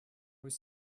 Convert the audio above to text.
was